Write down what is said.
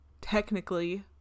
Technically